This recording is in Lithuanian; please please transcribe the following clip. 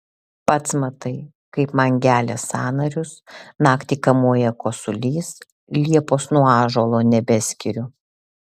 pats matai kaip man gelia sąnarius naktį kamuoja kosulys liepos nuo ąžuolo nebeskiriu